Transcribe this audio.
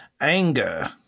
Anger